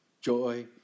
joy